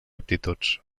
aptituds